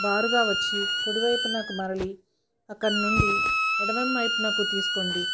బారుగా వచ్చి కుడి వైపుకు మళ్ళీ అక్కడి నుంచి ఎడమ వైపుకు తీసుకోండి